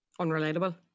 Unrelatable